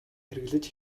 хэрэглэж